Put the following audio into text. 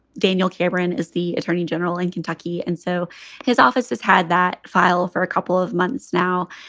daniel cameron is the attorney general in kentucky. and so his office has had that file for a couple of months now.